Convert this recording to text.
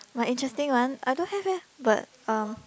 my interesting one I don't have eh but um